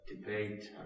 debate